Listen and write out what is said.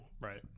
right